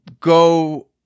go